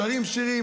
שרים שירים,